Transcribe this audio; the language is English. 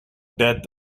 death